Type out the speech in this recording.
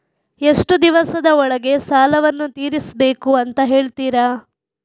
ಎಷ್ಟು ದಿವಸದ ಒಳಗೆ ಸಾಲವನ್ನು ತೀರಿಸ್ಬೇಕು ಅಂತ ಹೇಳ್ತಿರಾ?